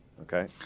Okay